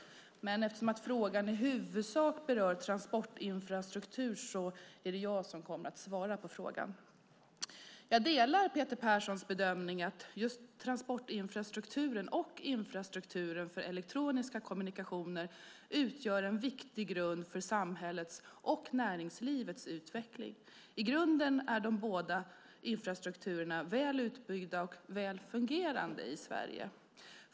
Eftersom frågan i huvudsak berör transportinfrastruktur svarar jag på frågan. Jag delar Peter Perssons bedömning att transportinfrastrukturen och infrastrukturen för elektroniska kommunikationer utgör en viktig grund för samhällets och näringslivets utveckling. I grunden är de båda infrastrukturerna väl utbyggda och väl fungerande i Sverige.